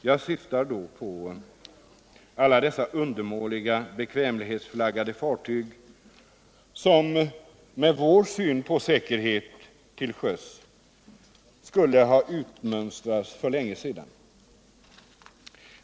Jag syftar då på alla dessa undermåliga bekvämlighetsflaggade fartyg som, med vår syn på säkerhet till sjöss, skulle ha utmönstrats för länge sedan.